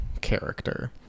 character